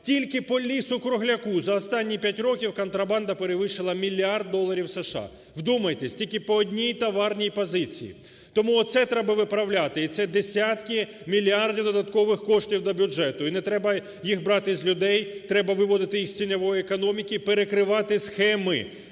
тільки по лісу-кругляку за останні 5 років контрабанда перевищила 1 мільярд доларів США, вдумайтеся, тільки по одній товарній позиції. Тому оце треба виправляти, і це десятки мільярдів додаткових коштів до бюджету, і не треба їх брати з людей, треба виводити з тіньової економіки, перекривати схеми,